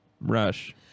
rush